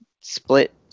split